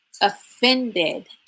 offended